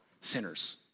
sinners